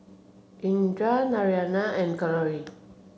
Indira Naraina and Kalluri